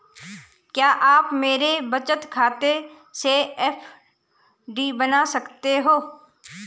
क्या आप मेरे बचत खाते से एफ.डी बना सकते हो?